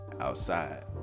outside